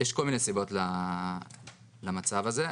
יש כל מיני סיבות למצב הזה,